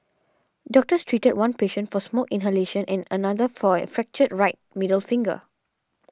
doctors treated one patient for smoke inhalation and another for a fractured right middle finger